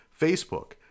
Facebook